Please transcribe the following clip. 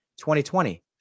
2020